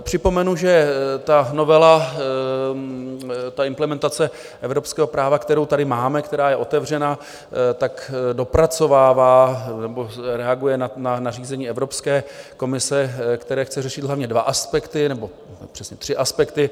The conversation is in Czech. Připomenu, že novela, ta implementace evropského práva, kterou tady máme, která je otevřena, tak dopracovává nebo reaguje na nařízení Evropské komise, které chce řešit hlavně dva aspekty nebo přesně tři aspekty.